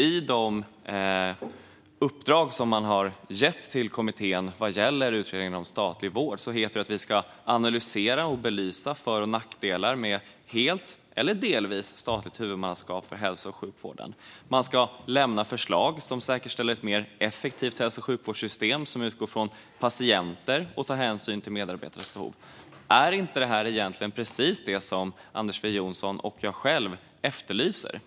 I de uppdrag som man har gett till kommittén för utredningen om statlig vård heter det att man ska analysera och belysa för och nackdelar med helt eller delvis statligt huvudmannaskap för hälso och sjukvården. Man ska lämna förslag som säkerställer ett mer effektivt hälso och sjukvårdssystem som utgår från patienter och tar hänsyn till medarbetares behov. Är inte detta egentligen precis det som Anders W Jonsson och jag själv efterlyser?